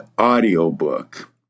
audiobook